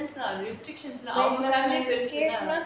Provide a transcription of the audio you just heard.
depends lah restrictions lah our family பெருசுல:perusula